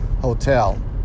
hotel